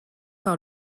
par